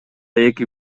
эки